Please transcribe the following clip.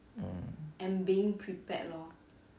mm